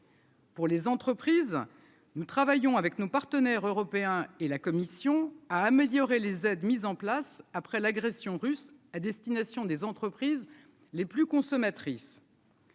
Pour les entreprises, nous travaillons avec nos partenaires européens et la Commission à améliorer les aides mises en place après l'agression russe, à destination des entreprises les plus consommatrices.